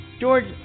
George